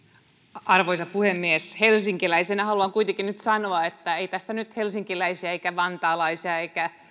arvoisa puhemies helsinkiläisenä haluan kuitenkin sanoa että ei tässä nyt helsinkiläisiä eikä vantaalaisia